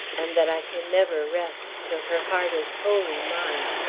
and that i can never rest till her heart is wholly mine.